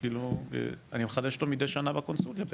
אני מחדש אותו מידי שנה בקונסוליה בעצם.